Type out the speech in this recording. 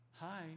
Hi